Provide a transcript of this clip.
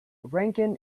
rankin